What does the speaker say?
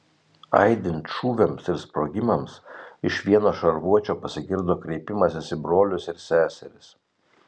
aidint šūviams ir sprogimams iš vieno šarvuočio pasigirdo kreipimasis į brolius ir seseris